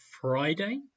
Friday